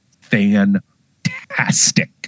fantastic